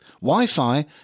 Wi-Fi